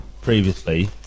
previously